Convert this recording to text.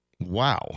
Wow